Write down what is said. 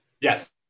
Yes